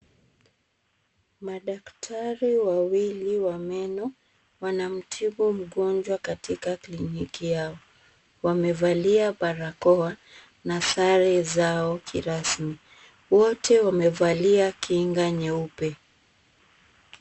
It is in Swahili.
Madaktari wawili wa meno wanamtibu wanamtibu mgonjwa katika kliniki yao. Wamevalia barakoa na sare zao kirasmi. Wote wamevalia kinga nyeupe.